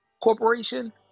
corporation